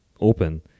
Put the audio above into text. open